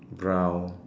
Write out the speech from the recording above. brown